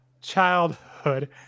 childhood